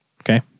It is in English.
okay